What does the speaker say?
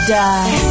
die